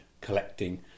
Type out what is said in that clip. collecting